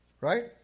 Right